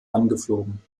angeflogen